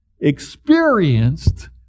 experienced